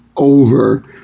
over